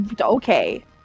Okay